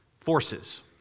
forces